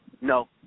No